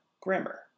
grammar